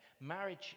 Marriage